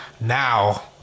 now